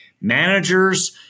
managers